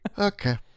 Okay